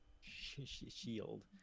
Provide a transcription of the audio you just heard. Shield